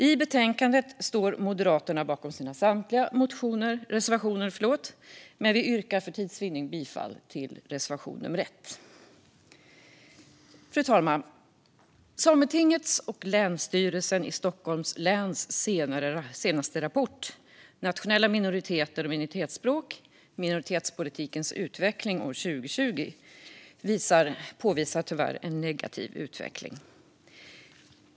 I betänkandet står vi moderater bakom samtliga våra reservationer, men för tids vinnande yrkar jag bifall endast till reservation nummer 1. Fru talman! Sametingets och Länsstyrelsen i Stockholms läns senaste rapport Nationella minoriteter och minoritetsspråk - Minoritetspolitikens utveckling år 2020 visar tyvärr på en negativ utveckling.